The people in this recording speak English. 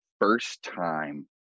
first-time